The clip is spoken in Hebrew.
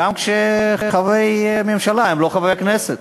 גם כשחברי הממשלה הם לא חברי הכנסת.